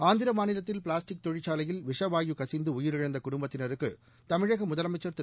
ஆந்திர மாநிலத்தில் பிளாஸ்டிக் தொழிற்சாலையில் விஷவாயு கசிந்து உயிரிழந்த குடும்பத்தினருக்கு தமிழக முதலமைச்சா் திரு